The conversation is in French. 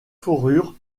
fourrures